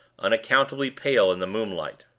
unaccountably pale in the moonlight.